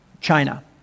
China